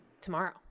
Tomorrow